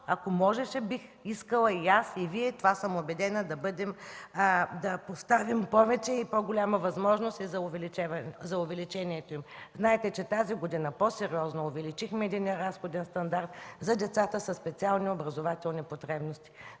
Ако можеше, бих искала и аз, и Вие – убедена съм, да оставим повече, по-голяма възможност за увеличението им. Знаете, че тази година по-сериозно увеличихме единния разходен стандарт за децата със специални образователни потребности.